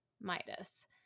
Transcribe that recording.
Midas